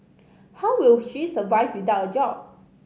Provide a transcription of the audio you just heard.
how will she survive without a job